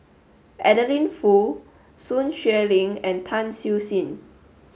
Adeline Foo Sun Xueling and Tan Siew Sin